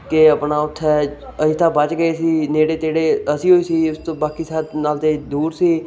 ਕਿ ਆਪਣਾ ਉੱਥੇ ਅਸੀਂ ਤਾਂ ਬਚ ਗਏ ਸੀ ਨੇੜੇ ਤੇੜੇ ਅਸੀਂ ਹੀ ਸੀ ਉਸ ਤੋਂ ਬਾਕੀ ਸਾਰੇ ਨਾਲੇ ਤਾਂ ਦੂਰ ਸੀ